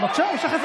רגע, רגע.